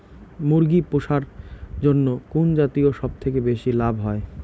মুরগি পুষার জন্য কুন জাতীয় সবথেকে বেশি লাভ হয়?